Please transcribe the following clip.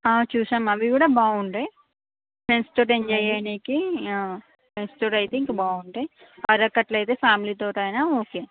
ఆ చూశాం అవి కూడా బాగుంటాయి ఫ్రెండ్స్తోటి ఎంజాయి చెయ్యటానికి ఫ్రెండ్స్తోటైతే ఇంకా బాగుంటాయి అరకు అట్లయితే ఫ్యామిలీతోటి అయినా ఓకే